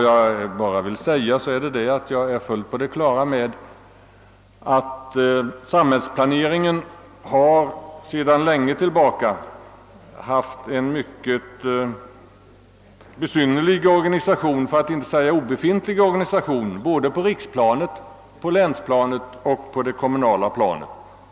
Jag vill endast framhålla att jag är på det klara med att samhällsplaneringen sedan lång tid tillbaka haft en mycket besynnerlig organisation — om man inte rent av skall säga att organisationen varit obefintlig — på både riksplanet, länsplanet och det komunala planet.